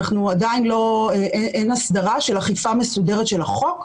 עדיין אין הסדרה של אכיפה מסודרת של החוק,